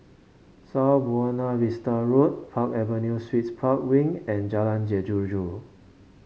South Buona Vista Road Park Avenue Suites Park Wing and Jalan Jeruju